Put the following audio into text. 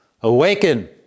Awaken